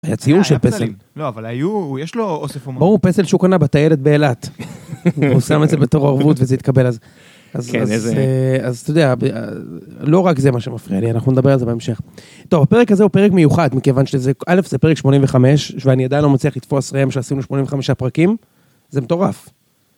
היה ציור של פסל. לא, אבל היו, יש לו אוסף הומורי. ברור, פסל שהוא קנה בתיילת באלת. הוא שם את זה בתור ערבות וזה התקבל. כן, איזה... אז אתה יודע, לא רק זה מה שמפריע לי, אנחנו נדבר על זה בהמשך. טוב, הפרק הזה הוא פרק מיוחד, מכיוון שזה, א' זה פרק 85, ואני עדיין לא מוציא הכי תפוס רעים שעשינו 85 הפרקים. זה מטורף.